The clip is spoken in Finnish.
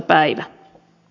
päivänä